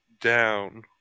down